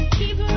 keep